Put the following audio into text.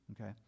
Okay